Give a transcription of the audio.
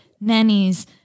nannies